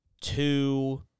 two